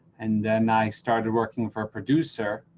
and then i started working for a producer.